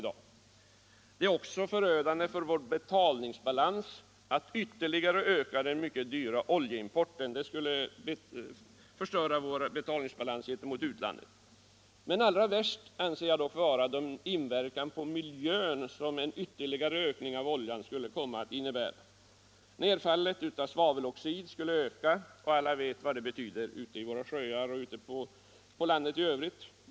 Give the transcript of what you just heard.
Det är också förödande för vår betalningsbalans att ytterligare öka den mycket dyra oljeimporten. Det allra värsta anser jag dock vara den inverkan på miljön som en ytterligare utbyggnad av oljebaserade kraftverk skulle medföra. Nedfallet av svaveldioxid skulle öka. Alla vet vad det betyder för våra sjöar och i övrigt.